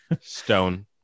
Stone